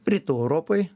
rytų europoj